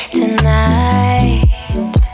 tonight